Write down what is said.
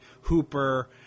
Hooper